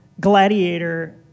Gladiator